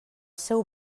seu